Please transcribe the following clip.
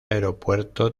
aeropuerto